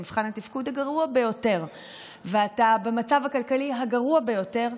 במבחן התפקוד הגרוע ביותר ואתה במצב הכלכלי הגרוע ביותר,